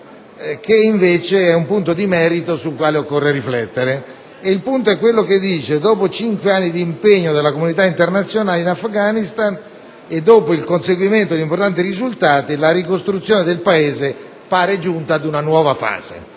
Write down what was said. c'è un punto di merito su cui occorre riflettere, dove nel testo si dice: «dopo cinque anni di impegno della Comunità internazionale in Afghanistan e dopo il conseguimento di importanti risultati (...), la ricostruzione del Paese pare giunta ad una nuova fase».